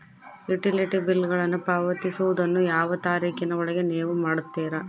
Utility ಬಿಲ್ಲುಗಳನ್ನು ಪಾವತಿಸುವದನ್ನು ಯಾವ ತಾರೇಖಿನ ಒಳಗೆ ನೇವು ಮಾಡುತ್ತೇರಾ?